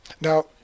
now